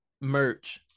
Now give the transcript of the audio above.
merch